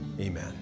Amen